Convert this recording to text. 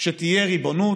שתהיה ריבונות.